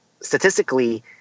statistically